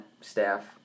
staff